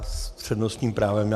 S přednostním právem.